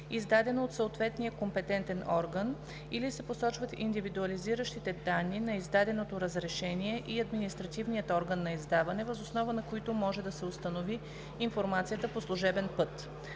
издадено от съответния компетентен орган, или се посочват индивидуализиращите данни на издаденото разрешение и административният орган на издаване, въз основа на които може да се установи информацията по служебен път;“